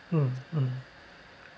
mm mm